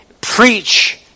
preach